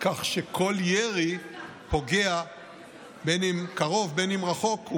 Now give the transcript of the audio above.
כך שכל ירי פוגע בעיר, אם קרוב ואם רחוק.